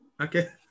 Okay